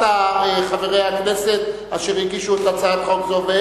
חברי הכנסת אשר הגישו את הצעת חוק זו,